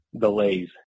delays